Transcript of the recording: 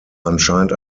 anscheinend